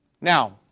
Now